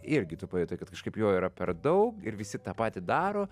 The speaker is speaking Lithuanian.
irgi tu pajutai kad kažkaip jo yra per daug ir visi tą patį daro